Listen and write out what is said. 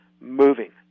moving